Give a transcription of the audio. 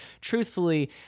Truthfully